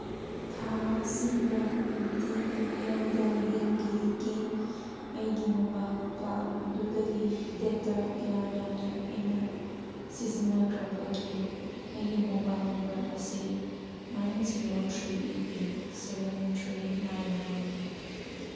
ꯊꯥ ꯑꯁꯤꯗ M T N L ꯗꯦꯜꯍꯤꯒꯤꯀꯤ ꯑꯩꯒꯤ ꯃꯣꯕꯥꯏꯜ ꯄ꯭ꯂꯥꯟ ꯑꯗꯨꯗꯒꯤ ꯗꯦꯇꯥ ꯀꯌꯥ ꯌꯥꯝꯅ ꯑꯩꯅ ꯁꯤꯖꯤꯟꯅꯈ꯭ꯔꯕꯒꯦ ꯑꯩꯒꯤ ꯃꯣꯕꯥꯏꯜ ꯅꯝꯕꯔ ꯑꯁꯤ nine zero three eight eight seven three nine ꯅꯥꯏꯟꯅꯤ